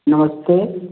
नमस्ते